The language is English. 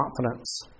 confidence